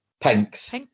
pinks